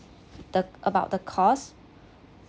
the about the cost